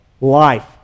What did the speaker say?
life